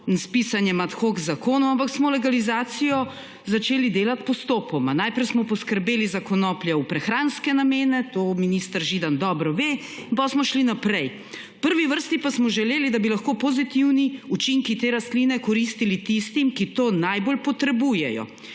s pisanjem ad hoc zakonov, ampak smo legalizacijo začeli delati postopoma. Najprej smo poskrbeli za konopljo v prehranske namene, to minister Židan dobro ve, in potem smo šli naprej. V prvi vrsti pa smo želeli, da bi lahko pozitivni učinki te rastline koristili tistim, ki to najbolj potrebujejo